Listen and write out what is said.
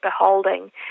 beholding